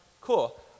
Cool